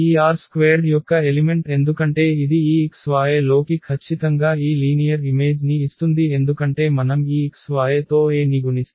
ఈ R² యొక్క ఎలిమెంట్ ఎందుకంటే ఇది ఈ xy లోకి ఖచ్చితంగా ఈ లీనియర్ ఇమేజ్ ని ఇస్తుంది ఎందుకంటే మనం ఈ x y తో A ని గుణిస్తే